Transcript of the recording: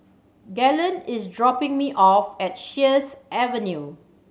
Galen is dropping me off at Sheares Avenue